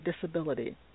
disability